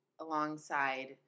alongside